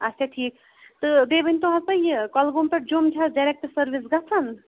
اچھا ٹھیٖک تہٕ بیٚیہِ ؤنۍتو حظ تُہۍ یہِ کۄلگوم پٮ۪ٹھ جوٚم چھِ حظ ڈٮ۪رٮ۪کٹ سٔروِس گَژھان